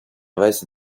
весь